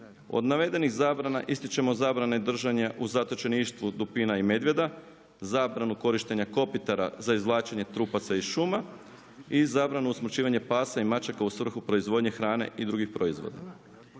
Od navedenih zabrana ističimo zabrane držanja u zatočeništvu dupina i medvjeda, zabranu korištenje kopitara za izvlačenje trupaca iz šuma i zabranu usmrćivanju pasa i mačaka u svrhu proizvodnje hrane i drugih proizvoda.